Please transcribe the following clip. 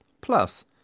Plus